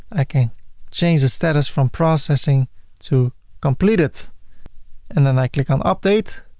i can change the status from processing to completed and then i click on update.